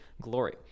glory